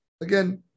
Again